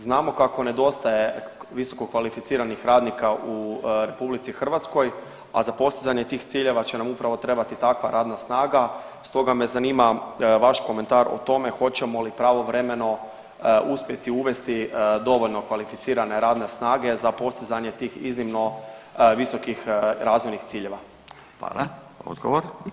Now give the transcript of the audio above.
Znamo kako nedostaje visokokvalificiranih radnika u RH, a za postizanje tih ciljeva će nam upravo trebati takva radna snaga, stoga me zanima vaš komentar o tome hoćemo li pravovremeno uspjeti uvesti dovoljno kvalificirane radne snage za postizanje tih iznimno visokih razvojnih ciljeva.